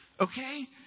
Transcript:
Okay